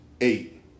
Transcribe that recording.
eight